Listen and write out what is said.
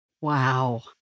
Wow